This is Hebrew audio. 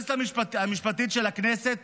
היועצת המשפטית של הכנסת